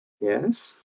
yes